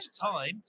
time